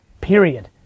Period